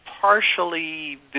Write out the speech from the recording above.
partially